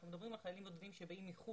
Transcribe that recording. אנחנו מדברים על חיילים בודדים שבאים מחוץ